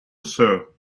sir